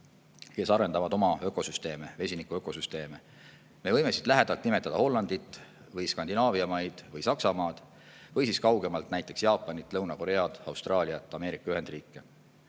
kes arendavad oma ökosüsteeme, vesiniku ökosüsteeme. Me võime siit lähedalt nimetada Hollandit ja Skandinaavia maid või Saksamaad või siis kaugemalt näiteks Jaapanit, Lõuna-Koread, Austraaliat ja Ameerika Ühendriike.